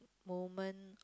moment